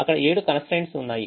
అక్కడ ఏడు constraints ఉన్నాయి